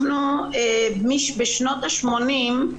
בשנות ה-80'